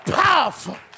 powerful